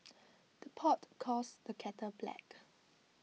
the pot calls the kettle black